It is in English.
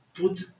put